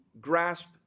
grasp